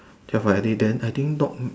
twelve already then I think dog mm